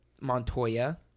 Montoya